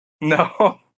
No